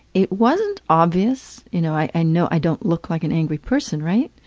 it wasn't obvious. you know i know i don't look like an angry person, right?